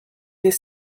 des